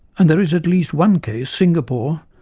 and there is at least one case, singapore,